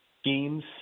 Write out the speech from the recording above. schemes